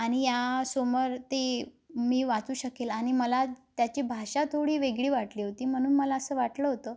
आणि या समोर ते मी वाचू शकेल आणि मला त्याची भाषा थोडी वेगळी वाटली होती म्हणून मला असं वाटलं होतं